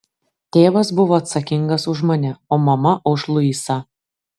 tėvas buvo atsakingas už mane o mama už luisą